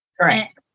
Correct